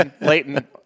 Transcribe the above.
Leighton